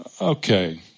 Okay